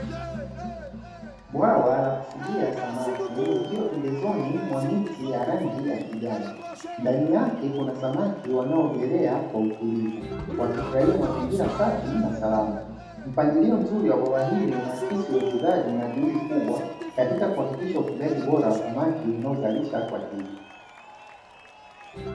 Bwawa la kufugia samaki likiwa pembezoni mwa miti ya rangi ya kijani, ndani yake kuna samaki wanaogelea kwa utulivu wakifurahia mazingira safi na salama. Mpangilio mzuri wa bawa hili unaakisi uwekezaji na juhudi kubwa, katika kuhakikisha ufugaji bora wa samaki unaozalisha kwa tija.